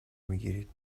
میگیرید